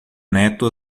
neto